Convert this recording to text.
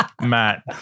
Matt